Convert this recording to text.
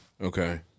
Okay